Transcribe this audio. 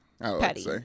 Petty